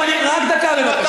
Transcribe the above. רק דקה, בבקשה.